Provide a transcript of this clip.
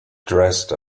dressed